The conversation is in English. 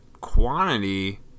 Quantity